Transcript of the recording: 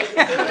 איך?